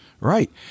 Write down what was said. right